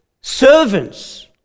servants